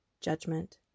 judgment